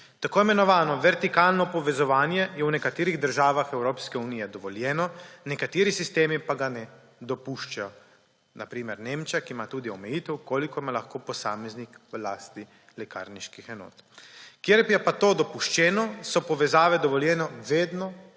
Tako imenovano vertikalno povezovanje je v nekaterih državah Evropske unije dovoljeno, nekateri sistemi pa ga ne dopuščajo, na primer Nemčija, ki ima tudi omejitev, koliko ima lahko posameznik v lasti lekarniških enot. Kjer je pa to dopuščeno, so povezave dovoljene vedno,